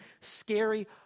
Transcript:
scary